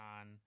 on